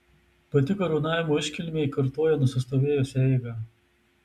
pati karūnavimo iškilmė kartoja nusistovėjusią eigą